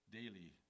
daily